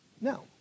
No